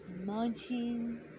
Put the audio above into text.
munching